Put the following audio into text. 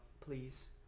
please